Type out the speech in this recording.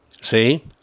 See